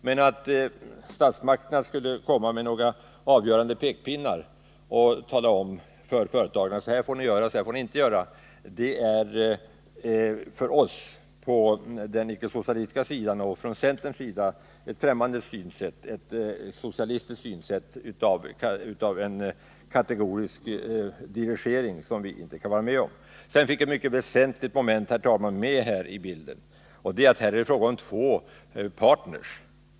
Men att statsmakterna skulle komma med några avgörande pekpinnar och tala om för företagen vad de får göra och inte göra är för oss på den icke-socialistiska sidan och för oss i centern ett främmande synsätt, ett socialistiskt synsätt, en tvingande dirigering som vi inte kan vara med om. Ett mycket väsentligt moment som är med i bilden är att här är det fråga om två partner.